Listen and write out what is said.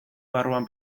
barruan